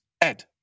Ed